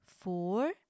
four